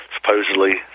supposedly